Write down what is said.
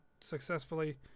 successfully